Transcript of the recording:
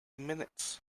minutes